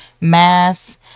mass